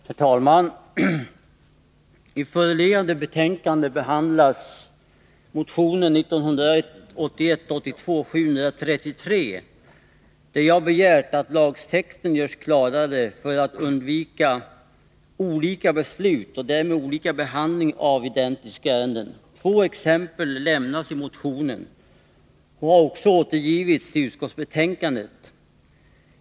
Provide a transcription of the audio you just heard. Herr talman! I föreliggande betänkande behandlas motion 1981/82:733, där jag begärt att lagtexten görs klarare för att undvika olika beslut och därmed olika behandling av identiska ärenden. Två exempel lämnas i motionen och har också återgivits i utskottsbetänkandet.